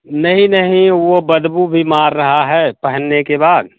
नहीं नहीं वो बदबू भी मार रहा है पहनने के बाद